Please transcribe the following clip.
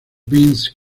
vince